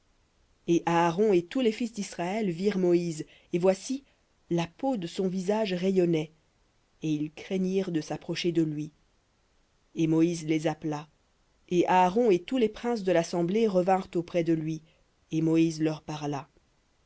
et aaron et tous les fils d'israël virent moïse et voici la peau de son visage rayonnait et ils craignirent de s'approcher de lui et moïse les appela et aaron et tous les princes de l'assemblée revinrent auprès de lui et moïse leur parla